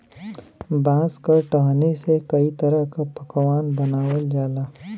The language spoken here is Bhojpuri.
बांस क टहनी से कई तरह क पकवान बनावल जाला